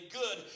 good